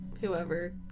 whoever